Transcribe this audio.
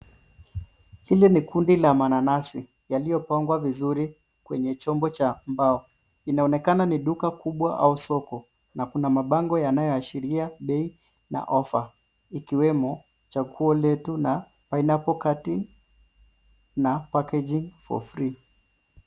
Hili ni kundi la mananasi, yaliyopangwa vizuri kwenye chombo cha mbao. Inaonekana ni duka kubwa au soko, na kuna mabango yanayoashiria bei na ofa, ikiwemo, chaguo letu na pineapple cutting na packaging for free.